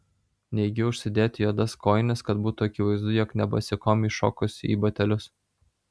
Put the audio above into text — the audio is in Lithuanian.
neigi užsidėti juodas kojines kad būtų akivaizdu jog ne basikom iššokusi į batelius